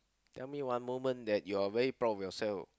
tell me one moment that you are very proud of yourself